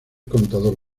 contador